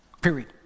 Period